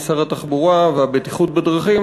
אדוני שר התחבורה והבטיחות בדרכים,